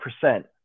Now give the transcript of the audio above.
percent